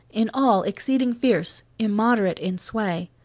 in all exceeding fierce, immoderate in sway.